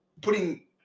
putting